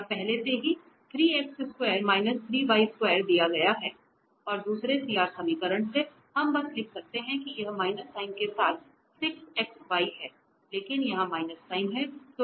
और पहले से ही दिया गया है और दूसरे CR समीकरण से हम बस लिख सकते हैं कि यह माइनस साइन के साथ 6xy है लेकिन यहाँ माइनस साइन है